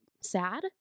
sad